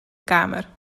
kamer